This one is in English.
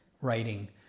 writing